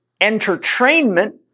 entertainment